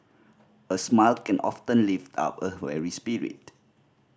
a smile can often lift up a weary spirit